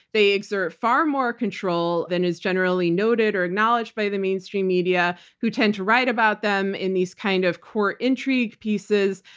they exert far more control than is generally noted or acknowledged by the mainstream media, who tend to write about them in these kind of court intrigue pieces.